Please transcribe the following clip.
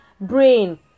brain